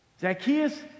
Zacchaeus